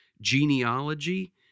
genealogy